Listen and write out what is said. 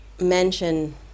mention